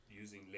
using